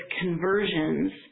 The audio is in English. conversions